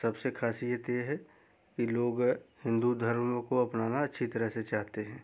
सबसे ख़ासियत यह है कि लोग हिन्दू धर्म को अपनाना अच्छी तरह से चाहते हैं